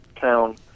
town